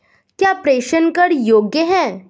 क्या प्रेषण कर योग्य हैं?